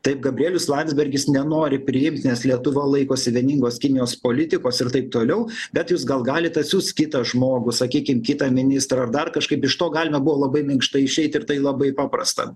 taip gabrielius landsbergis nenori priimt nes lietuva laikosi vieningos kinijos politikos ir taip toliau bet jūs gal galit atsiųst kitą žmogų sakykim kitą ministrą ar dar kažkaip iš to galima buvo labai minkštai išeit ir tai labai paprasta